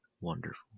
Wonderful